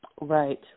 Right